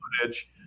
footage